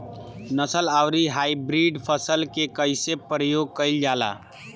नस्ल आउर हाइब्रिड फसल के कइसे प्रयोग कइल जाला?